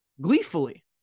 Gleefully